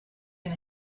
and